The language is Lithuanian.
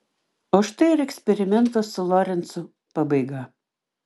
o štai ir eksperimento su lorencu pabaiga